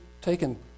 taken